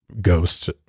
ghost